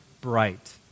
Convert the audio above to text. bright